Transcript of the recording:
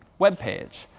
web page.